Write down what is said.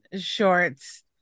shorts